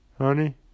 Honey